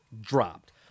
dropped